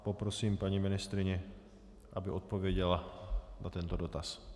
Poprosím paní ministryni, aby odpověděla na tento dotaz.